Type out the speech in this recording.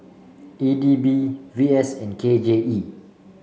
E D B V S and K J E